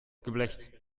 geblecht